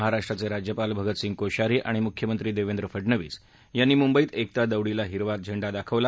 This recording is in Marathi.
महाराष्ट्राचे राज्यपाल भगतसिंग कोश्यारी आणि मुख्यमंत्री देवेंद्र फडणवीस यांनी मुंबईत एकता दोडीला हिरवा झेंडा दाखवला